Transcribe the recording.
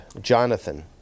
Jonathan